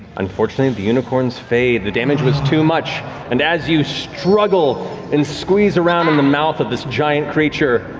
unfortunately, the unicorns fade. the damage was too much and as you struggle and squeeze around in the mouth of this giant creature,